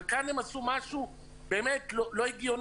אבל כאן הם עשו משהו לא הגיוני.